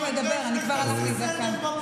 לך תעשה סדר.